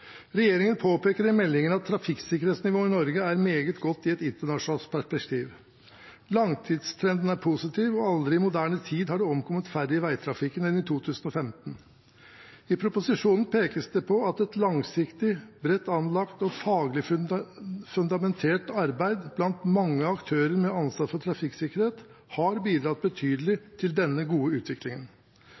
Regjeringen påpeker i meldingen at trafikksikkerhetsnivået i Norge er meget godt i et internasjonalt perspektiv. Langtidstrenden er positiv, og aldri i moderne tid har det omkommet færre i veitrafikken enn i 2015. I meldingen pekes det på at et langsiktig, bredt anlagt og faglig fundamentert arbeid blant mange aktører med ansvar for trafikksikkerhet, har bidratt betydelig til denne gode utviklingen.